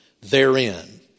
therein